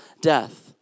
death